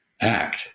act